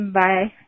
bye